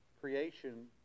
creation